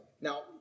Now